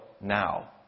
now